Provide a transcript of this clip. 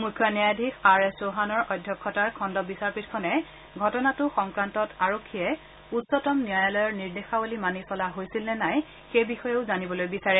মুখ্য ন্যায়াধীশ R S চৌহানৰ অধ্যক্ষতাৰ খণ্ড বিচাৰপীঠখনে ঘটনাটো সংক্ৰান্তত আৰক্ষীয়ে উচ্চতম ন্যায়ালয়ৰ নিৰ্দেশাৱলী মানি চলা হৈছিল নে নাই সেই বিষয়েও জানিবলৈ বিচাৰে